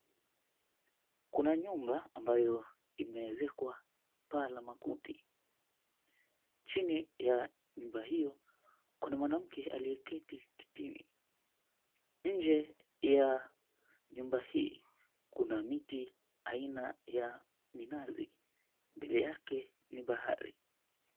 Kuna nyumba ambayo imeezekwa paa la makuti, chini ya nyumba hiyo kuna mwanamke aliyeketi kitini, nje y nyumba hii kuna miti aina ya minazi mbele yake ni bahari.